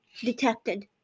detected